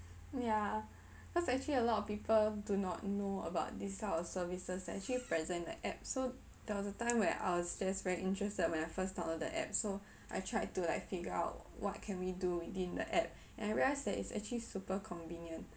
ya cause actually a lot of people do not know about this type of services that's actually present in the app so there was a time where I was just very interested when I first download the app so I tried to like figure out what can we do within the app and I realise that it's actually super convenient